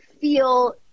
feel